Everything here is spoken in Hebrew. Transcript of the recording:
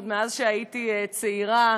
עוד מאז שהייתי צעירה,